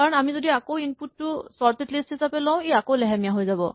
কাৰণ আমি যদি আকৌ ইনপুট টো চৰ্টেড লিষ্ট হিচাপে লওঁ ই আকৌ লেহেমীয়া হৈ যাব